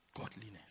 Godliness